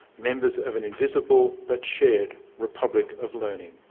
members of an invisible but shared republic of learning.